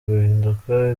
guhinduka